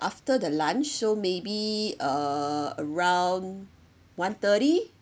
after the lunch so maybe uh around one thirty